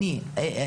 שנמצא,